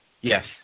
Yes